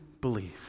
believe